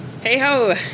Hey-ho